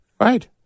right